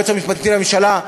היועץ המשפטי לממשלה,